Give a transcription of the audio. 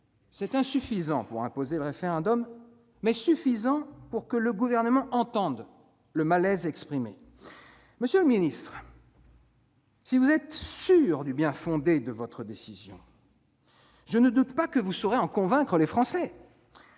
est insuffisant pour imposer le référendum, mais suffisant pour que le Gouvernement entende le malaise exprimé. Monsieur le secrétaire d'État, si vous êtes sûr du bien-fondé de votre décision, je ne doute pas que vous saurez en convaincre les Français.